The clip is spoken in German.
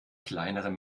kleinere